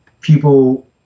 people